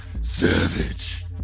Savage